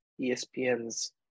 ESPN's